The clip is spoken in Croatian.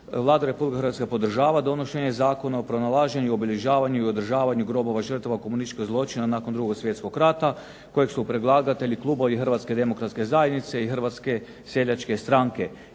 Vlada Republike Hrvatske podržava donošenje Zakona o pronalaženju, obilježavanju i održavanju grobova žrtava komunističkog zločina nakon 2. Svjetskog rata kojeg su predlagatelji Klubovi Hrvatske demokratske zajednice i Hrvatske seljačke stranke.